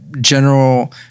general